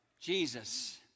Jesus